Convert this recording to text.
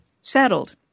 settled